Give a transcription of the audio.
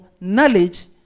knowledge